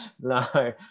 no